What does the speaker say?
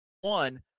one